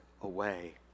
away